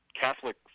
Catholic